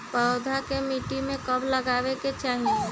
पौधा के मिट्टी में कब लगावे के चाहि?